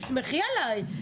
תסמכי עליי.